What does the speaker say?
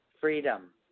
Freedom